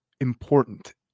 important